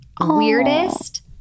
Weirdest